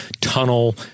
tunnel